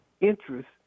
interest